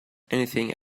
anything